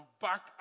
back